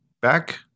Back